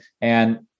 and-